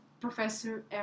professor